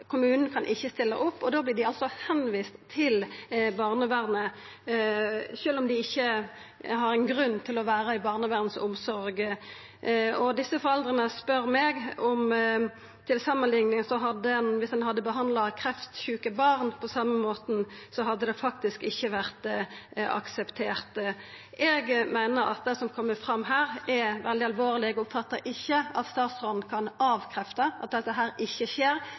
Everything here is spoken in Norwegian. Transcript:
Kommunen kan ikkje stilla opp, og da vert dei altså viste til barnevernet, sjølv om dei ikkje har ein grunn til å vera i barnevernsomsorg. Desse foreldra spør meg til samanlikning om kva som hadde skjedd om ein behandla kreftsjuke barn på same måten. Det hadde faktisk ikkje vore akseptert. Eg meiner at det som kjem fram her, er veldig alvorleg, og eg oppfatta ikkje at statsråden kan avkrefta at dette